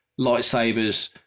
lightsabers